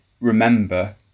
remember